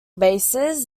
basins